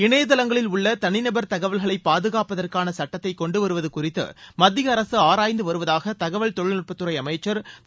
இணையதளங்களில் உள்ள தனிநபர் தகவல்களை பாதுகாப்பதற்கான சட்டத்தை கொண்டு வருவது குறித்து மத்திய அரசு ஆராய்ந்து வருவதாக தகவல் தொழில்நுட்ப துறை அமைச்சர் திரு